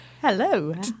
Hello